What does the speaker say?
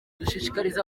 dushishikariza